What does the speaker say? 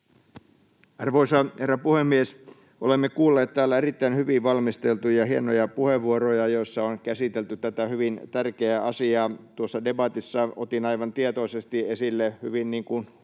Arvoisa herra puhemies! Olemme kuulleet täällä erittäin hyvin valmisteltuja, hienoja puheenvuoroja, joissa on käsitelty tätä hyvin tärkeää asiaa. Tuossa debatissa otin aivan tietoisesti esille hyvin